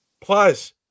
Plus